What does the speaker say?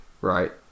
right